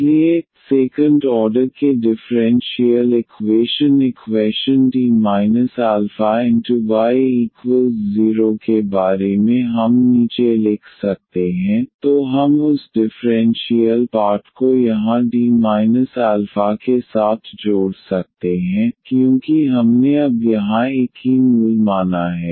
इसलिए second order के differential equation equation D αD αy0 के बारे में हम नीचे लिख सकते हैं तो हम उस डिफरेंशियल पार्ट को यहाँ D α के साथ जोड़ सकते हैं क्योंकि हमने अब यहाँ एक ही मूल माना है